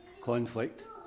conflict